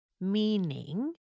meaning